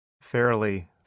fairly